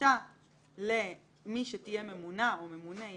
ומסיתה ל-מי שתהיה "ממונה על